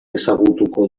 ezagutuko